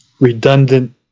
redundant